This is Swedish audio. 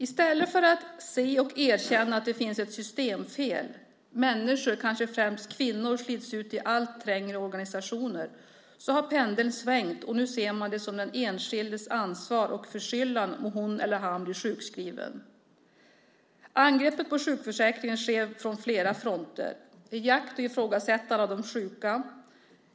I stället för att se och erkänna att det finns ett systemfel - människor, kanske främst kvinnor slits ut i allt trängre organisationer - har pendeln svängt. Nu ser man det som den enskildes ansvar och förskyllan om hon eller han blir sjukskriven. Angreppet mot sjukförsäkringen sker från flera fronter. Det handlar om jakt och ifrågasättande av de sjuka.